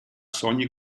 sogni